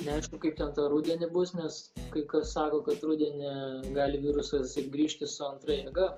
neaišku kaip ten tą rudenį bus nes kai kas sako kad rudenį gali virusas grįžti su antra jėga